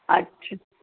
اچھا